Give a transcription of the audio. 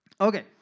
Okay